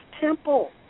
temple